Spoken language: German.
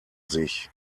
sich